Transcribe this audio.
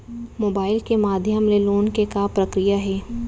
Mobile के माधयम ले लोन के का प्रक्रिया हे?